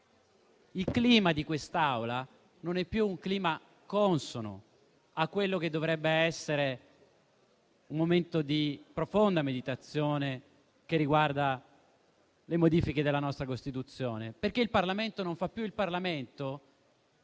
Il clima di quest'Aula non è più consono a quello che dovrebbe essere un momento di profonda meditazione, che riguarda le modifiche della nostra Costituzione. Il Parlamento non fa più il Parlamento